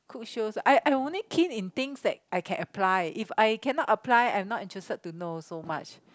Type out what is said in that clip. cook shows I I'm only keen in things that I can apply if I cannot apply I'm not interested to know so much